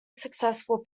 successful